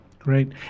Great